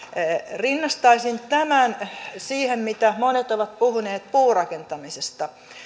rinnastaisin tämän siihen mitä monet ovat puhuneet puurakentamisesta